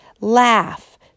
Laugh